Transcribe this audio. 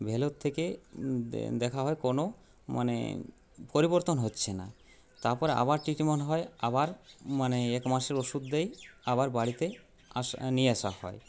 ভেলোর থেকে দেখা হয় কোনো মানে পরিবর্তন হচ্ছে না তারপর আবার ট্রিটমেন্ট হয় আবার মানে এক মাসের ওষুধ দেয় আবার বাড়িতে আসা নিয়ে আসা হয়